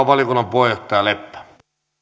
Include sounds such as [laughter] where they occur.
[unintelligible] valiokunnan puheenjohtaja leppä